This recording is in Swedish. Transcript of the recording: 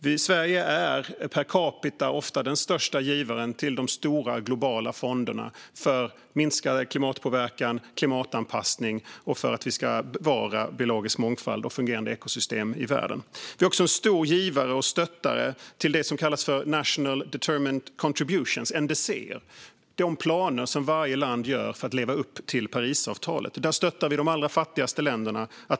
Vi i Sverige är ofta den största givaren per capita till de stora globala fonderna för minskad klimatpåverkan, för klimatanpassning och för att bevara biologisk mångfald och fungerande ekosystem i världen. Vi är också en stor givare till och stöttare av det som kallas nationally determined contributions, NDC:er, det vill säga de planer som varje land gör för att leva upp till Parisavtalet. Där stöttar vi de allra fattigaste länderna.